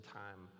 time